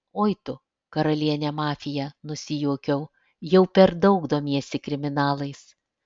oi tu karaliene mafija nusijuokiau jau per daug domiesi kriminalais